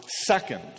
second